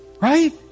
Right